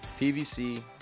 pvc